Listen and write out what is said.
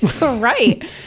Right